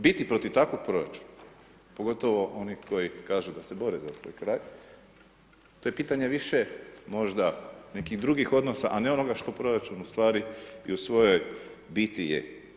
Biti protiv takvog proračuna pogotovo oni koji kažu da se bore za svoj kraj, to je pitanje više možda nekih drugih odnosa, a ne onoga što proračun u stvari i u svojoj biti je.